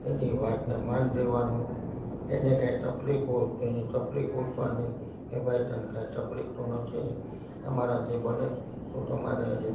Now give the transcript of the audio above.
એની વાતને માન દેવાનું એને કંઈ તકલીફ હોય તો એને તકલીફ પૂછવાની એ ભાઈ તને કંઈ તકલીફ તો નથી ને તમારાથી બને તો તમારે એને